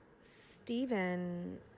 Stephen